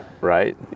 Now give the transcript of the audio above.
Right